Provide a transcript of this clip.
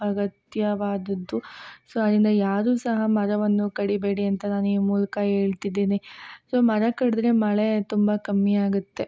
ಅಗತ್ಯವಾದದ್ದು so ಆದ್ರಿಂದ ಯಾರೂ ಸಹ ಮರವನ್ನು ಕಡಿಯಬೇಡಿ ಅಂತ ನಾನು ಈ ಮೂಲಕ ಹೇಳ್ತಿದಿನಿ ಸೊ ಮರ ಕಡಿದ್ರೆ ಮಳೆ ತುಂಬ ಕಮ್ಮಿ ಆಗುತ್ತೆ